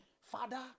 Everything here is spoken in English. Father